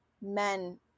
men